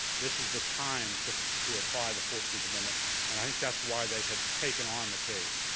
this was the time to to apply the fourteenth amendment, and i think that's why they had taken on the case.